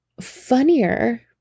funnier